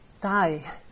die